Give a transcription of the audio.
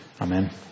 Amen